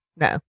no